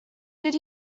did